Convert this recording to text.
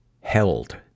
held